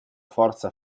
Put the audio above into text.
forza